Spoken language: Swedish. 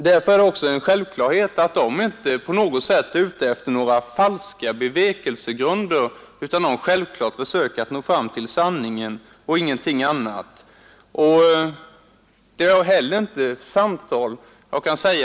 Därför är det också en självklarhet att de inte på något sätt är ute efter falska bevekelsegrunder utan försöker nå fram till sanningen och ingenting annat.